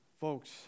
Folks